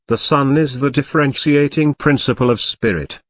the son is the differentiating principle of spirit,